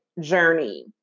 journey